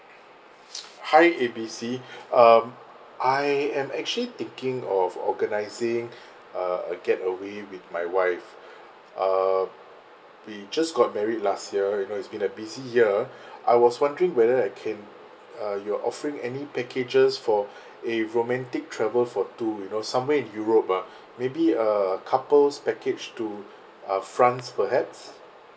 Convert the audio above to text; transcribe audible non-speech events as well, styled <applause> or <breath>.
<noise> hi A B C <breath> um I am actually thinking of organising <breath> a a getaway with my wife uh we just got married last year you know it's been a busy year <breath> I was wondering whether I can uh you're offering any packages for <breath> a romantic travel for two you know somewhere in europe ah maybe a couple's package to uh france perhaps